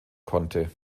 konnte